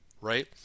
right